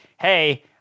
Hey